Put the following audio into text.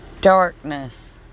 Darkness